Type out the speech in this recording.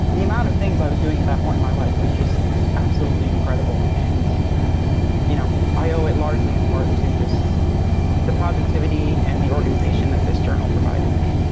the amount of things i was doing at that point my life was just absolutely incredible. and you know, i owe it largely in part to just the positivity and the organization that this journal provided me.